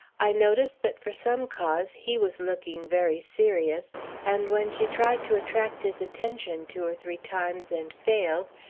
i noticed that for some cause he was looking very serious and when she tried to attract his attention two or three times and failed,